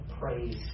praise